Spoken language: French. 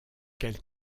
quel